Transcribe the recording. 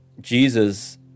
Jesus